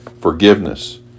forgiveness